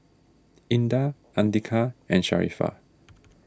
Indah andika and Sharifah